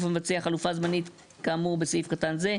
המבצע חלופה זמנית כאמור בסעיף קטן זה,